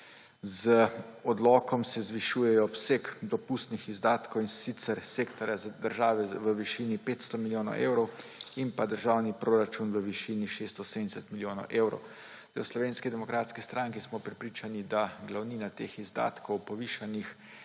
Z odlokom se zvišujejo obseg dopustnih izdatkov, in sicer sektorja za države v višini 500 milijonov evrov in državni proračun v višini 670 milijonov evrov. V Slovenski demokratski stranki smo prepričani, da glavnina teh povišanih